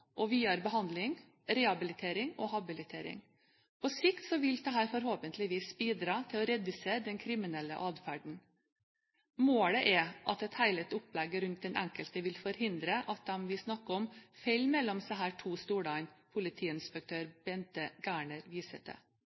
og videre behandling, rehabilitering og habilitering. På sikt vil dette forhåpentligvis bidra til å redusere den kriminelle adferden. Målet er at et helhetlig opplegg rundt den enkelte vil forhindre at de vi snakker om, faller mellom de to stolene politiinspektør Bente Gerner viser til.